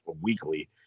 weekly